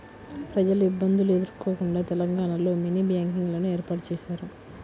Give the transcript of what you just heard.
ప్రజలు ఇబ్బందులు ఎదుర్కోకుండా తెలంగాణలో మినీ బ్యాంకింగ్ లను ఏర్పాటు చేశారు